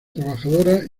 trabajadora